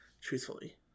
truthfully